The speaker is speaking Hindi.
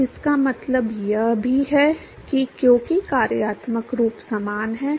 तो इसका मतलब यह भी है कि क्योंकि कार्यात्मक रूप समान है